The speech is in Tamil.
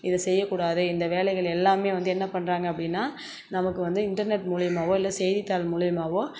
இதை செய்யக்கூடாது இந்த வேலைகள் எல்லாமே வந்து என்ன பண்ணுறாங்க அப்படின்னா நமக்கு வந்து இன்டர்நெட் மூலிமாவோ இல்லை செய்தித்தாள் மூலிமாவோ